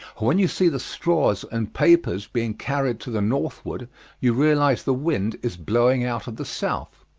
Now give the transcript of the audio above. when you see the straws and papers being carried to the northward you realize the wind is blowing out of the south.